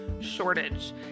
shortage